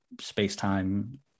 space-time